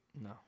No